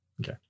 Okay